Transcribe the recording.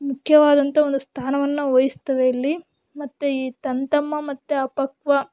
ಮುಖ್ಯವಾದಂಥ ಒಂದು ಸ್ಥಾನವನ್ನು ವಹಿಸ್ತವೆ ಇಲ್ಲಿ ಮತ್ತು ಈ ತನ್ನ ತಮ್ಮ ಮತ್ತು ಅಪಕ್ವ